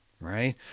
right